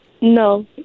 No